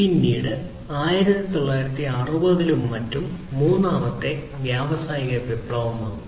പിന്നീട് 1960 കളിലും മറ്റും ഉണ്ടായ മൂന്നാമത്തെ വ്യാവസായിക വിപ്ലവം വന്നു